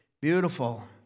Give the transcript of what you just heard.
beautiful